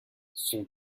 son